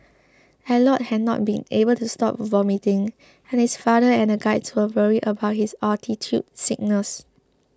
Elliot had not been able to stop vomiting and his father and the guides were worried about his altitude sickness